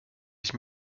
ich